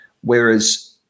whereas